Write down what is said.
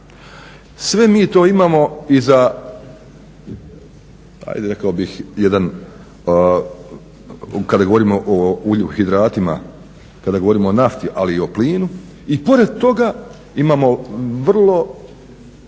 Sve mi to imamo i za hajde rekao bih jedan kada govorimo o ugljanohidratima, kada govorimo o nafti ali i o plinu. I pored toga imamo vrlo